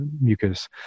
mucus